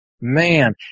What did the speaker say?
man